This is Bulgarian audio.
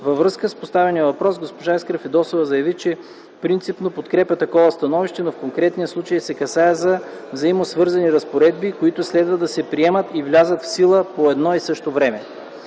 Във връзка с поставения въпрос госпожа Искра Фидосова заяви, че принципно подкрепя такова становище, но в конкретния случай се касае за взаимосвързани разпоредби, които следва да се приемат и влязат в сила по едно и също време.